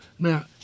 Now